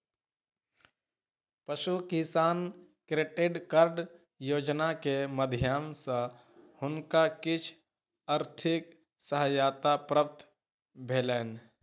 पशु किसान credit card योजना के माध्यम सॅ हुनका किछ आर्थिक सहायता प्राप्त भेलैन